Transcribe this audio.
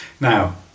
Now